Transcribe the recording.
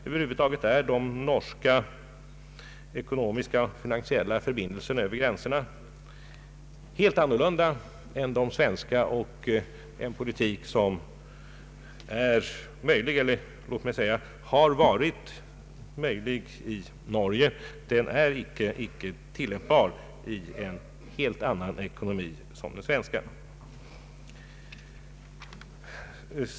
Över huvud taget är de norska ekonomiska och finansiella förbindelserna över gränserna helt andra än de svenska. Den politik som är möjlig, eller låt mig säga har varit möjlig, i Norge är icke tillämpbar i en helt annan ekonomi som den svenska.